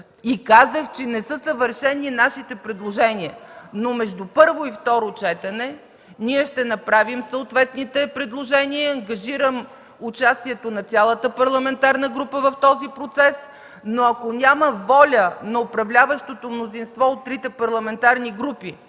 Казах, че нашите предложения не са съвършени, но между първо и второ четене ние ще направим съответните предложения. Ангажирам участието на цялата парламентарна група в този процес, но ако няма воля на управляващото мнозинство от трите парламентарни групи